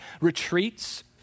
retreats